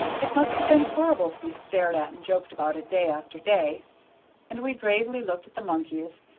it must have been horrible to be stared at and joked about day after day and we gravely looked at the monkeys,